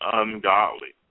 ungodly